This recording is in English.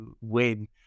win